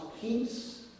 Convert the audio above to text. peace